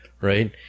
right